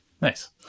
Nice